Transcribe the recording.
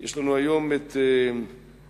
יש לנו היום אורנית,